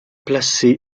placé